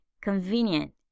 convenient